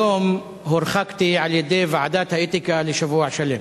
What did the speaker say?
היום הורחקתי על-ידי ועדת האתיקה לשבוע שלם.